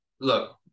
look